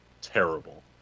Terrible